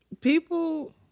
People